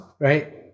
Right